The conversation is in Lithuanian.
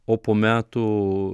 o po metų